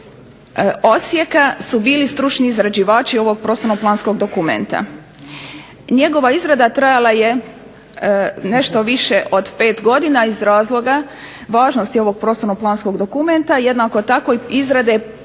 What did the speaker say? odsjeka su bili stručni izrađivači ovog prostorno planskom dokumenta. Njegova izrada trajala je nešto više od pet godina iz razloga važnosti ovog prostorno planskog dokumenta, jednako tako izrade